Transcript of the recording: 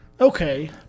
Okay